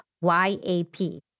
Y-A-P